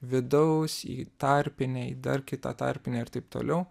vidaus į tarpinę į dar kitą tarpinę ir taip toliau